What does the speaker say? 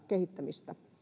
kehittämistä